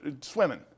swimming